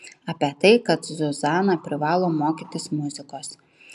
apie tai kad zuzana privalo mokytis muzikos